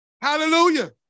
Hallelujah